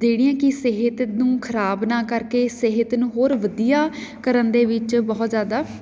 ਜਿਹੜੀਆਂ ਕਿ ਸਿਹਤ ਨੂੰ ਖ਼ਰਾਬ ਨਾ ਕਰਕੇ ਸਿਹਤ ਨੂੰ ਹੋਰ ਵਧੀਆ ਕਰਨ ਦੇ ਵਿੱਚ ਬਹੁਤ ਜ਼ਿਆਦਾ